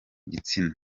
gitsina